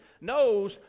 knows